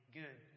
good